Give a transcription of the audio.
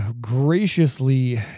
graciously